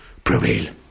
prevail